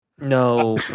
No